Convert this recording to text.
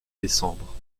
décembre